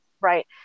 right